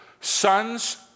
Sons